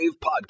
Podcast